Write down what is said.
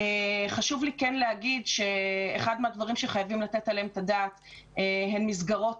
חשוב לי לומר שאחד מהדברים שחייבים לתת עליהם את הדעת אלה הן מסגרות